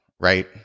right